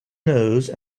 nose